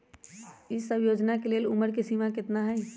ई सब योजना के लेल उमर के सीमा केतना हई?